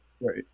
Right